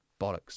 bollocks